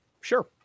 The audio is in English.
Sure